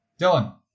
Dylan